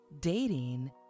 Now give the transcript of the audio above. dating